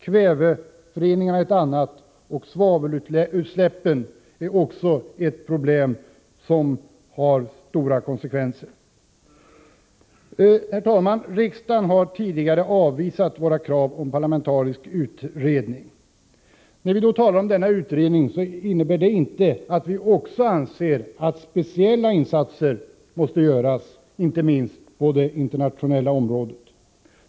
Kväveföroreningarna är ett annat problem, och svavelutsläppen är ytterligare ett problem som får stora konsekvenser. Herr talman! Riksdagen har tidigare avvisat våra krav om en parlamentariskt sammansatt utredning. När vi talar om en sådan utredning innebär det inte att vi skulle bortse från att speciella insatser måste göras också på det internationella området.